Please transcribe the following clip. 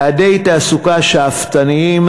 יעדי תעסוקה שאפתניים,